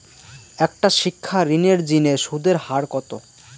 একটা শিক্ষা ঋণের জিনে সুদের হার কত?